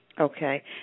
Okay